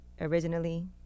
Originally